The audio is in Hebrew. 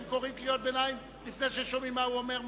אם קוראים קריאות ביניים לפני ששומעים מה הוא אומר,